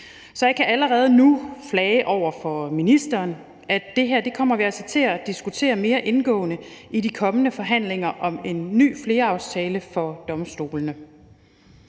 Så jeg kan allerede nu flage over for ministeren, at det her kommer vi altså til at diskutere mere indgående i de kommende forhandlinger om en ny flerårsaftale for domstolene.